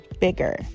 bigger